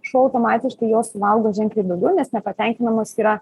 šuo automatiškai jo suvalgo ženkliai daugiau nes nepatenkinamos yra